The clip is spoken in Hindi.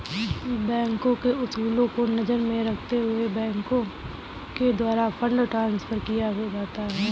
बैंकों के उसूलों को नजर में रखते हुए बैंकों के द्वारा फंड ट्रांस्फर किया जाता है